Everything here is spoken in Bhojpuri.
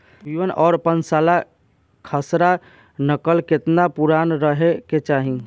बी वन और पांचसाला खसरा नकल केतना पुरान रहे के चाहीं?